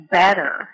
better